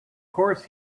course